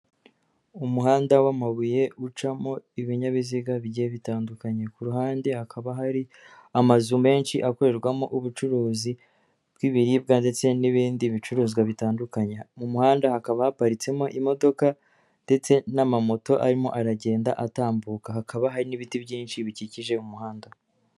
Umuhanda w'amabuye ucamo ibinyabiziga bigiye bitandukanye. Ku ruhande hakaba hari amazu menshi akorerwamo ubucuruzi bw'ibiribwa ndetse n'ibindi bicuruzwa bitandukanye. Mu muhanda hakaba haparitsemo imodoka ndetse n'amamoto arimo aragenda atambuka, hakaba hari n'ibiti byinshi bikikije umuhanda.